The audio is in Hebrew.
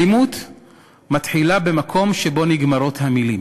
אלימות מתחילה במקום שבו נגמרות המילים.